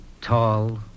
tall